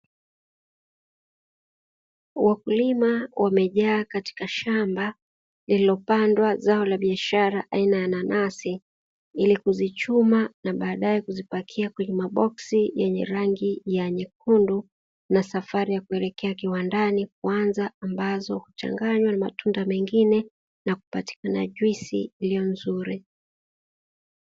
Wakulima wamejaa katika shamba lililopandwa zao la biashara aina ya nanasi, ili kuzichuma na baadae kuzipakia kwenye maboksi yenye rangi nyekundu na safari ya kuelekea kiwandani kuanza. Ambazo kuchanganywa na matunda mengine na kupatikana juisi iliyo nzuri.